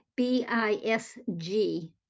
BISG